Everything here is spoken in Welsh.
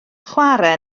chware